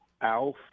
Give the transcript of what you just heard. Alf